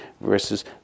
versus